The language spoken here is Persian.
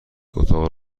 اتاق